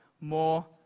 more